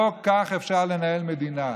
לא כך אפשר לנהל מדינה.